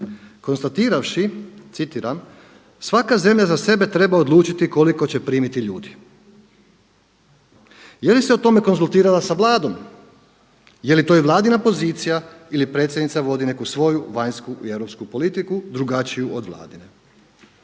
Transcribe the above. Konstatiravši citiram „Svaka zemlja za sebe treba odlučiti koliko će primiti ljudi.“ Je li se o tome konzultirala sa Vladom, je li to i vladina pozicija ili predsjednica vodi neku svoju vanjsku i europsku politiku drugačiju od vladine?